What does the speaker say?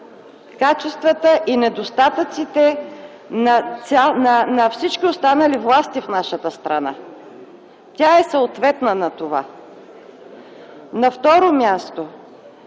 качествата и недостатъците на всички останали власти в нашата страна. Тя е съответна на това. На второ място,